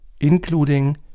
including